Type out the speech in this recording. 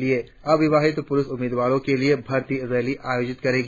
लिए अविवाहित प्रुष उम्मिदवारों के लिए भर्ती रैली आयोजित करेगी